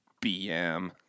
BM